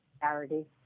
charity